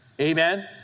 Amen